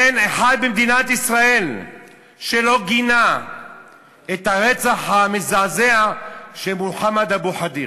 אין אחד במדינת ישראל שלא גינה את הרצח המזעזע של מוחמד אבו ח'דיר.